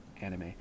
anime